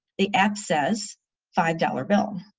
the app says five dollar bill.